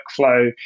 workflow